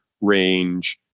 range